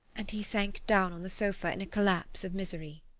and he sank down on the sofa in a collapse of misery.